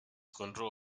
control